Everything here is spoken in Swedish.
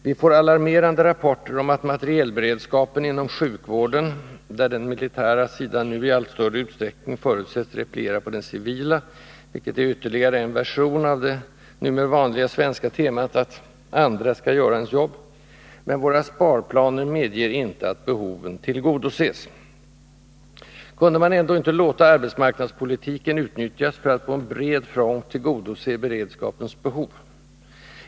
Vi får alarmerande rapporter om materielberedskapen inom sjukvården — där den militära sidan i allt större utsträckning förutsätts repliera på den civila, ytterligare en version av det numera vanliga svenska temat att andra skall göra ens jobb — men våra sparplaner medger inte att behoven tillgodoses. Kunde man inte låta arbetsmarknadspolitiken utnyttjas för att på bred front tillgodose beredskapens behov?